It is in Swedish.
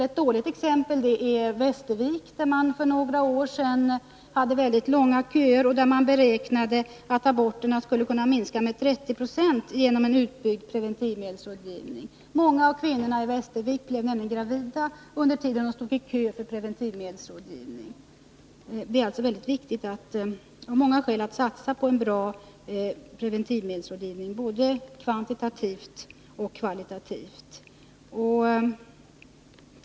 Ett dåligt exempel är Västervik, där man för några år sedan hade mycket långa köer och beräknade att aborterna skulle kunna minska med 30 96 med en utbyggd preventivmedelsrådgivning — många av kvinnorna i Västervik blev nämligen gravida under den tid som de stod i kö för preventivmedelsrådgivning. Det är alltså mycket viktigt av många skäl att satsa på en bra preventivmedelsrådgivning både kvantitativt och kvalitativt.